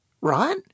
right